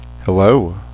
Hello